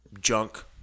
junk